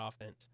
offense